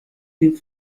den